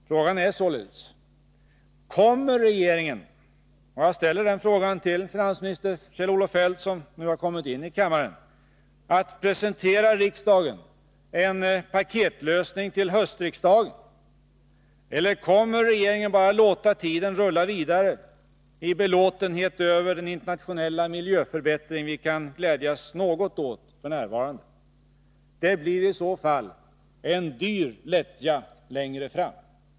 Frågan är således — jag ställer den till finansminister Kjell-Olof Feldt, som nu har kommit in i kammaren: Kommer regeringen att presentera en paketlösning till höstriksdagen, eller kommer regeringen bara att låta tiden rulla vidare i belåtenhet över den internationella miljöförbättring vi f. n. kan glädjas något åt? Den lättjan blir i så fall dyr längre fram.